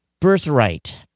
Birthright